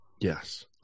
Yes